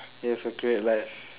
you have a great life